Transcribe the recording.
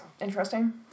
interesting